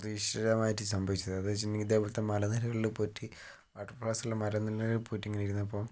അപ്രതീക്ഷിതമായിട്ട് സംഭവിച്ചതാണ് അതെന്ന് വെച്ചിട്ടുണ്ടെങ്കിൽ ഇതേ പോലത്തെ മല നിരകളിൽ പോയിട്ട് വാട്ടർ ഫാൾസിലെ മലനിരകളിൽ പോയിട്ട് ഇങ്ങനെ ഇരുന്നപ്പം